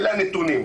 אלה הנתונים.